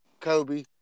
Kobe